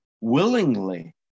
willingly